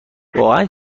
واقعن